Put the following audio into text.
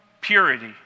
purity